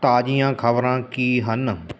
ਤਾਜ਼ੀਆਂ ਖਬਰਾਂ ਕੀ ਹਨ